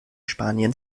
spanien